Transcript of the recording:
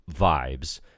vibes